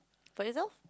potato